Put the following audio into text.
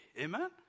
Amen